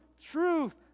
truth